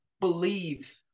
believe